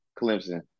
Clemson